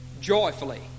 joyfully